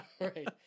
right